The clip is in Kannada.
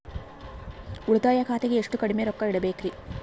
ಉಳಿತಾಯ ಖಾತೆಗೆ ಎಷ್ಟು ಕಡಿಮೆ ರೊಕ್ಕ ಇಡಬೇಕರಿ?